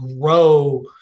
grow